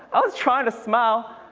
i was trying to smile.